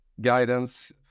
guidance